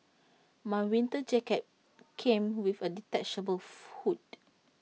my winter jacket came with A detachable hood